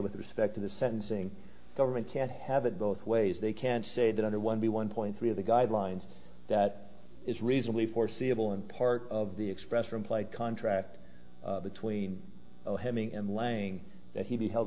with respect to the sentencing government can't have it both ways they can't say that under one b one point three of the guidelines that it's reasonably foreseeable and part of the express or implied contract between hemming and laying that he be held